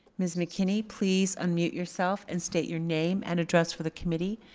ms. mckinney, please unmute yourself and state your name and address for the committee.